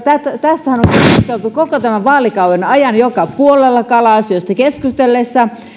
tästähän on keskusteltu koko tämän vaalikauden ajan joka puolella kala asioista keskusteltaessa